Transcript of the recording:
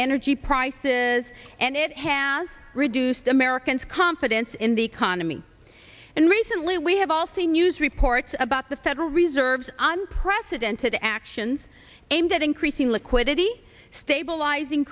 energy prices and it has reduced americans confidence in the economy and recently we have all seen news reports about the federal reserve's unprecedented actions aimed at increasing liquidity stabilizing